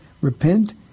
repent